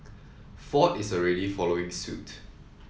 ford is already following suit